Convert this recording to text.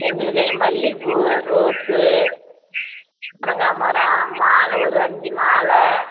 எங்களுக்கு மல்லிகைப்பூ ரோஸு கனகாம்பரம் மாலை ஒரு அஞ்சு மாலை